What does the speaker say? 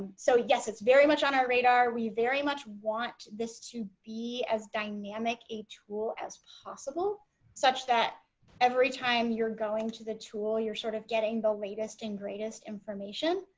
so yes it's very much on our radar we very much want this to be as dynamic a tool as possible such that every time you're going to the tool you're sort of getting the latest and greatest information